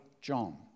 John